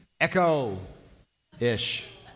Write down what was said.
echo-ish